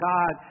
God